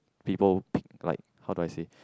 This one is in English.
people p~ like how do I say